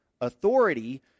Authority